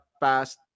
past